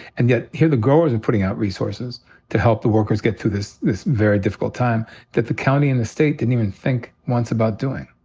and yet, here, the growers are and putting out resources to help the workers get through this this very difficult time that the county and the state didn't even think once about doing.